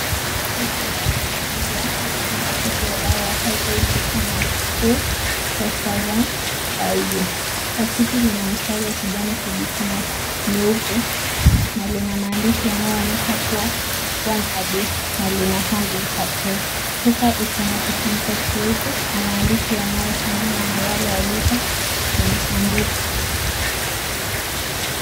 Chupa ya kahawia na pakiti ya dawa ya Health Aid Vitamin A 5000iu. Pakiti lina mstari wa kijani kibichi na nyeupe na lina maandishi yanayoonyesha kuwa one-a-day na lina [ hundred Capsules . Chupa iko na kifuniko cheupe, na maandishi yanayofanana na yale yaliko kwenye sanduku.